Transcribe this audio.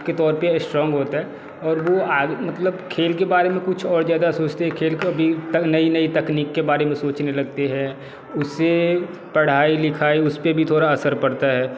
के तौर पर स्ट्रॉंग होता है और वह आगे मतलब खेल के बारे में कुछ और ज़्यादा सोचते खेल को भी तक नई नई तकनीक के बारे में सोचने लगते है उससे पढ़ाई लिखाई उस पर भी थोड़ा असर पड़ता है